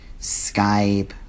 Skype